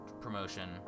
promotion